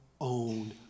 own